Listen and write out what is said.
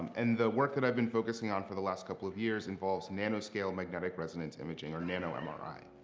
and the work that i've been focusing on for the last couple of years involves nanoscale magnetic resonance imaging or nano and mri.